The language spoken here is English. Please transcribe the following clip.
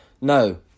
No